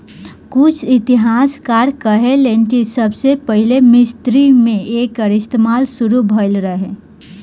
कुछ इतिहासकार कहेलेन कि सबसे पहिले मिस्र मे एकर इस्तमाल शुरू भईल रहे